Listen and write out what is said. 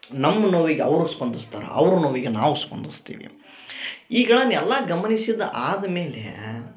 ನಮ್ಮ ನೋವಿಗೆ ಅವ್ರು ಸ್ಪಂದಿಸ್ತಾರೆ ಅವ್ರ ನೋವಿಗೆ ನಾವು ಸ್ಪಂದಸ್ತೀವಿ ಈಗ ಎಲ್ಲಾ ಗಮನಿಸಿದ ಆದ್ಮೇಲೆ